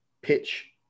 pitch